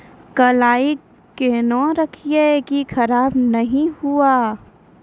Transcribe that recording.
कलाई केहनो रखिए की खराब नहीं हुआ?